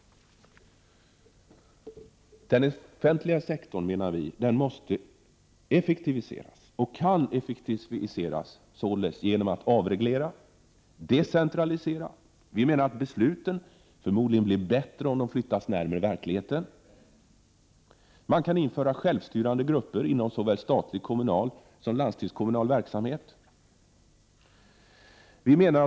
Den offentliga sektorn, menar vi, måste effektiviseras, och den kan effektiviseras genom avreglering och decentralisering. Besluten blir förmodligen bättre om de flyttas närmare verkligheten. Man kan införa självstyrande grupper inom såväl statlig som kommunal och landstingskommunal verksamhet.